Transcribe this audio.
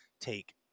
take